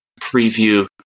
preview